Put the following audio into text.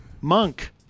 Monk